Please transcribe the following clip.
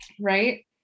Right